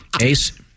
Ace